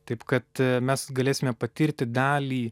taip kad mes galėsime patirti dalį